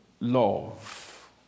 love